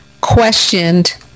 questioned